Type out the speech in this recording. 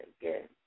good